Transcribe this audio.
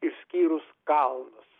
išskyrus kalnus